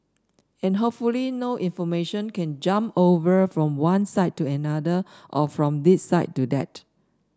and hopefully no information can jump over from one side to another or from this side to that